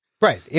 Right